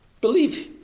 believe